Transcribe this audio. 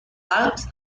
alps